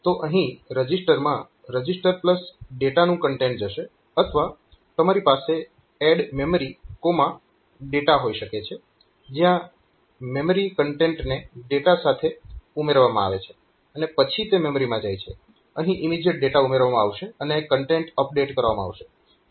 તો અહીં રજીસ્ટરમાં રજીસ્ટરડેટાનું કન્ટેન્ટ જશે અથવા તમારી પાસે ADD memdata હોઈ શકે છે જ્યાં મેમરી કન્ટેન્ટને ડેટા સાથે ઉમેરવામાં આવે છે અને પછી તે મેમરીમાં જાય છે અહીં ઇમીજીએટ ડેટા ઉમેરવામાં આવશે અને કન્ટેન્ટ અપડેટ કરવામાં આવશે